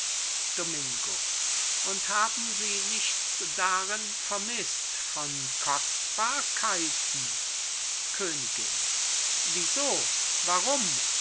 domingo und haben sie nichts darin vermißt von kostbarkeiten königin wieso warum